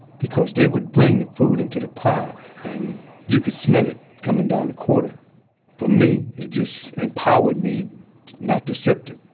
because they would bring the food into the pod and you could smell it coming down the corridor for me, it just empowered me not to cept it